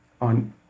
on